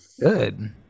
Good